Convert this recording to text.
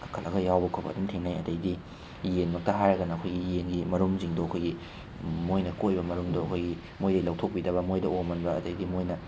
ꯀꯪꯈꯠꯂꯒ ꯌꯥꯎꯕ ꯈꯣꯠꯄ ꯑꯗꯨꯝ ꯊꯦꯡꯅꯩ ꯑꯗꯒꯤꯗꯤ ꯌꯦꯟꯃꯛꯇ ꯍꯥꯏꯔꯒꯅ ꯑꯩꯈꯣꯏꯒꯤ ꯌꯦꯟꯒꯤ ꯃꯔꯨꯝꯁꯤꯡꯗꯣ ꯑꯩꯈꯣꯏꯒꯤ ꯃꯣꯏꯅ ꯀꯣꯛꯏꯕ ꯃꯔꯨꯝꯗꯣ ꯑꯩꯈꯣꯏꯒꯤ ꯃꯣꯏꯗꯒꯤ ꯂꯧꯊꯣꯛꯄꯤꯗꯕ ꯃꯣꯏꯗ ꯑꯣꯝꯍꯟꯕ ꯑꯗꯒꯤꯗꯤ ꯃꯣꯏꯅ